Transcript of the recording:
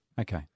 Okay